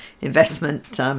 investment